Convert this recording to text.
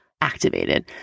activated